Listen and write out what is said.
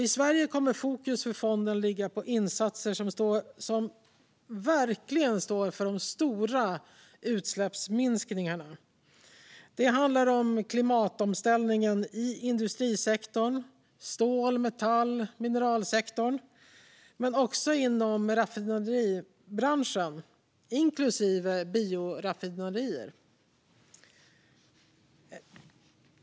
I Sverige kommer fokus för fonden att ligga på insatser som verkligen står för de stora utsläppsminskningarna. Det handlar om klimatomställningen i industrisektorn, med stål, metall och mineraler, men också inom raffinaderibranschen, inklusive bioraffinaderier.